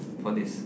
for this